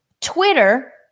Twitter